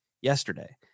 yesterday